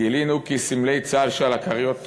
גילינו כי סמלי צה"ל שעל הכריות הושחתו.